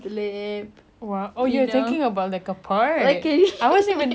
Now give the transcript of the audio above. I wasn't thinking about I was thinking of opening the lid at the same time